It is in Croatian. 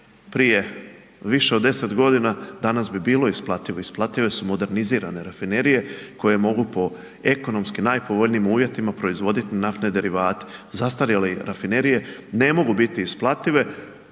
prije više od 10 godina, danas bi bilo isplativo, isplative su modernizirane rafinerije koje mogu po ekonomski najpovoljnijim uvjetima proizvoditi naftne derivate. Zastarjele rafinerije ne mogu biti isplative.